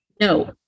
No